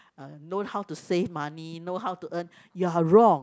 and know how to save money know how to earn you are wrong